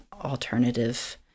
alternative